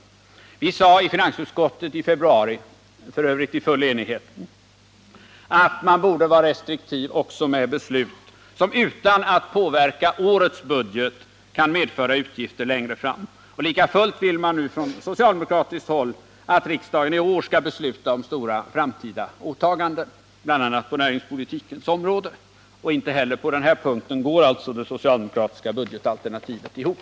I februari framhöll finansutskottet —f. ö. i full enighet — att man borde vara restriktiv också med beslut, som utan att påverka årets budget kan medföra utgifter längre fram. Lika fullt vill socialdemokraterna nu att riksdagen i år skall besluta om stora framtida åtaganden bl.a. på näringspolitikens område. Inte heller på denna punkt går det socialdemokratiska budgetalternativet ihop.